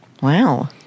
Wow